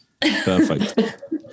perfect